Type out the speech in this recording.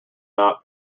not